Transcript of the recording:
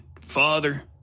Father